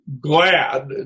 glad